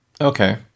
Okay